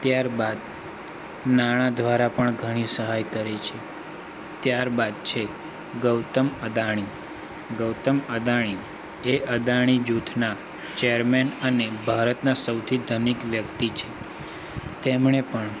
ત્યારબાદ નાણા દ્વારા પણ ઘણી સહાય કરી છે ત્યારબાદ છે ગૌતમ અદાણી ગૌતમ અદાણી એ અદાણી જૂથના ચેરમેન અને ભારતના સૌથી ધનિક વ્યક્તિ છે તેમણે પણ